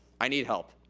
i need help.